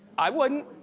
i wouldn't.